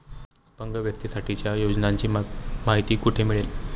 अपंग व्यक्तीसाठीच्या योजनांची माहिती कुठे मिळेल?